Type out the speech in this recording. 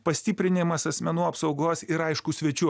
pastiprinimas asmenų apsaugos ir aišku svečių